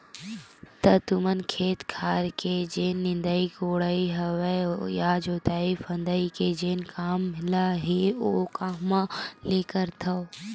त तुमन खेत खार के जेन निंदई कोड़ई हवय या जोतई फंदई के जेन काम ल हे ओ कामा ले करथव?